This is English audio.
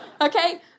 Okay